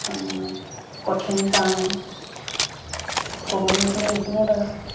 কঠিন পাওঁ ক'বলগীয়াখিনি এইখিনিয়ে বাৰু